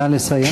נא לסיים.